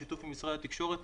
בשיתוף עם משרד התקשורת,